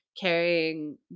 carrying